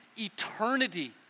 eternity